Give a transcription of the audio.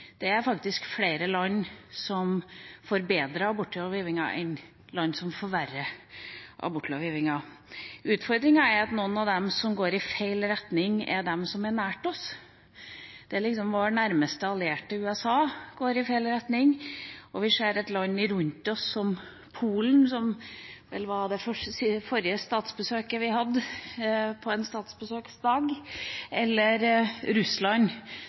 Det er faktisk flere land som forbedrer abortlovgivningen, enn land som forverrer den. Utfordringen er at noen av dem som går i feil retning, er dem som er nær oss – vår nærmeste allierte, USA, går i feil retning. Og vi ser land rundt oss, som Polen, som vel var det forrige statsbesøket vi hadde på en statsbesøksdag, og Russland,